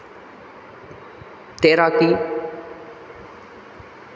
तैराकी